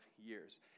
years